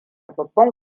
babban